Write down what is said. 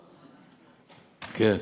כן.